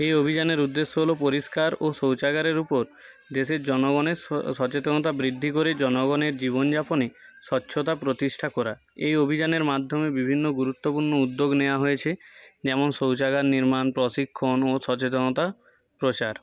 এই অভিযানের উদ্দেশ্য হল পরিষ্কার ও শৌচাগারের উপর দেশের জনগণের সচেতনতা বৃদ্ধি করে জনগণের জীবনযাপনে স্বচ্ছতা প্রতিষ্ঠা করা এই অভিযানের মাধ্যমে বিভিন্ন গুরুত্বপূর্ণ উদ্যোগ নেওয়া হয়েছে যেমন শৌচাগার নির্মাণ প্রশিক্ষণ ও সচেতনতা প্রচার